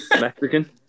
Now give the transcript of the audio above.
Mexican